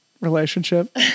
relationship